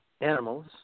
animals